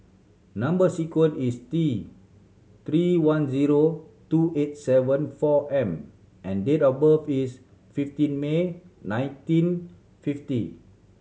number sequence is T Three one zero two eight seven four M and date of birth is fifteen May nineteen fifty